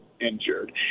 injured